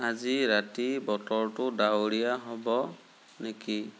আজি ৰাতি বতৰটো ডাৱৰীয়া হ'ব নেকি